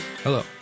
Hello